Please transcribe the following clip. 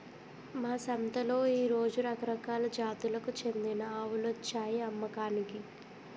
మా సంతలో ఈ రోజు రకరకాల జాతులకు చెందిన ఆవులొచ్చాయి అమ్మకానికి